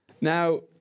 Now